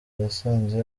yasanze